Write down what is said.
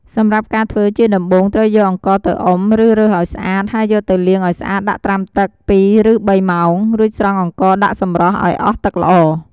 សម្រាប់ការធ្វើ ជាដំបូង ត្រូវយក អង្ករទៅអុំ ឬរើសឱ្យស្អាត ហើយយកទៅលាងឱ្យស្អាតដាក់ត្រាំទឹក ពីរឬបីម៉ោង រួចស្រង់អង្ករដាក់សម្រស់ឱ្យអស់ទឹកល្អ។